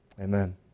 Amen